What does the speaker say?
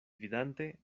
vidante